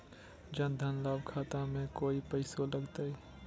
जन धन लाभ खाता में कोइ पैसों लगते?